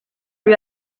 lui